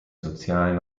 sozialen